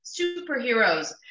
superheroes